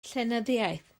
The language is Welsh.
llenyddiaeth